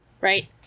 right